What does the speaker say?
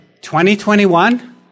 2021